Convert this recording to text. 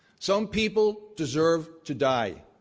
some people deserve to die,